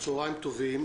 צהרים טובים.